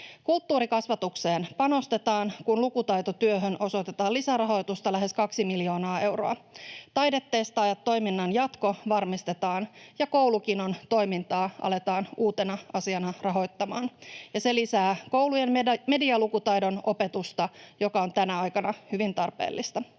Kulttuurikasvatukseen panostetaan, kun lukutaitotyöhön osoitetaan lisärahoitusta lähes kaksi miljoonaa euroa. Taidetestaajat-toiminnan jatko varmistetaan ja Koulukinon toimintaa aletaan rahoittamaan uutena asiana, ja se lisää koulujen medialukutaidon opetusta, joka on tänä aikana hyvin tarpeellista.